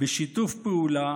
"בשיתוף פעולה